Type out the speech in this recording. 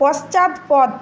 পশ্চাৎপদ